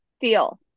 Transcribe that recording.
Deal